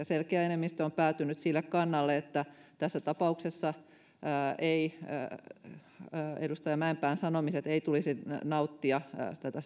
selkeä enemmistö on päätynyt sille kannalle että tässä tapauksessa edustaja mäenpään sanomisten ei tulisi nauttia tätä